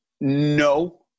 no